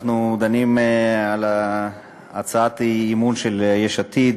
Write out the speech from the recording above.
אנחנו דנים בהצעת האי-אמון של יש עתיד